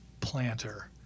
planter